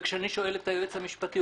וכשאני שואל את היועץ המשפטי,